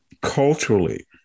culturally